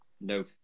No